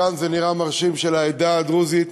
מכאן זה נראה מרשים, של העדה הדרוזית,